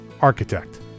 architect